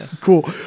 cool